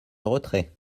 retrait